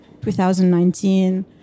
2019